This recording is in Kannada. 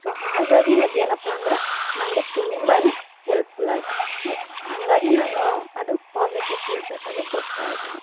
ಸೊ ಹಾಗಾಗಿ ಅದೇನಪ್ಪಾ ಅಂದರೆ ನಂಗೆ ತುಂಬಾ ಹೆಲ್ಪ್ಫುಲ್ ಆಯಿತು ಸೊ ಹಂಗಾಗಿ ನಾನು ಅದು ಪಾಸಿಟಿವ್ ಫೀಡ್ಬ್ಯಾಕಾಗಿ ಕೊಡ್ತಾಯಿದಿನಿ